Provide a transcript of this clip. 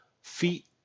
feet